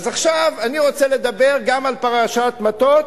אז עכשיו אני רוצה לדבר גם על פרשת מטות,